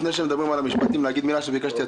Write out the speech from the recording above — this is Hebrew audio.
לפני שמדברים על הבקשה של משרד המשפטים,